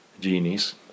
genies